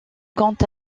compte